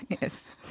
Yes